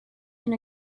and